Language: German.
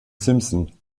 simson